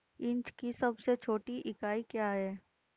Inch की सबसे छोटी इकाई क्या है?